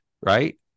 right